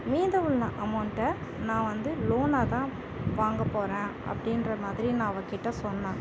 மீதமுள்ள அமௌன்ட்டை நான் வந்து லோனாக தான் வாங்க போறேன் அப்படின்ற மாதிரி நான் அவள் கிட்டே சொன்னேன்